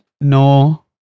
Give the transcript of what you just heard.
no